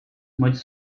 much